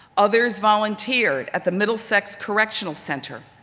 others volunteered at the middlesex correctional center,